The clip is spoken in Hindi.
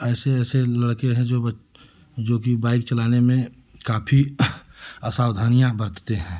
ऐसे ऐसे लड़के हैं जो जोकि बाइक चलाने में काफ़ी असावधानियाँ बरतते हैं